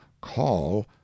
call